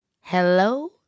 Hello